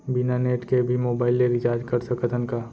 बिना नेट के भी मोबाइल ले रिचार्ज कर सकत हन का?